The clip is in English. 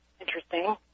interesting